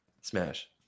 smash